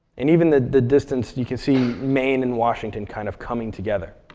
and even that the distance, you can see maine and washington kind of coming together.